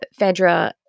Fedra